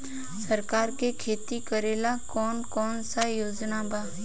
सरकार के खेती करेला कौन कौनसा योजना बा?